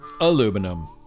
Aluminum